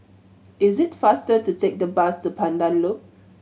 is it faster to take the bus to Pandan Loop